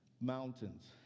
mountains